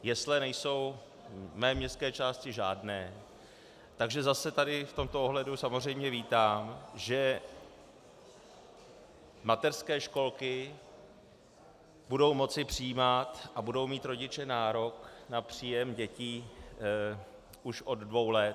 Jesle nejsou v mé městské části žádné, takže zase tady v tomto ohledu samozřejmě vítám, že mateřské školky budou moci přijímat a budou mít rodiče nárok na příjem dětí už od dvou let.